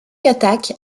attaques